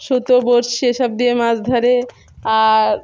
সুতো বড়শি এসব দিয়ে মাছ ধরে আর